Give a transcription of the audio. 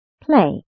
play